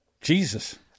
Jesus